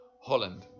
Holland